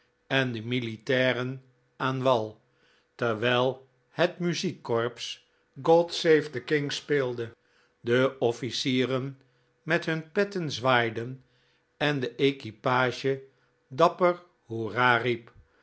en de oq dq dq q o militairen aan wal terwijl het muziekkorps god save the king speelde de offlcieren met hun petten zwaaiden en de equipage dapper hoera riep